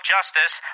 Justice